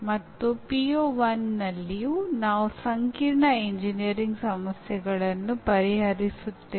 ಇದೇನೆಂದರೆ ಕಲಿಕೆಯು ನೀವು ಕಲಿಯುತ್ತಿರುವ ಸಂದರ್ಭವನ್ನು ಅವಲಂಬಿಸಿರುತ್ತದೆ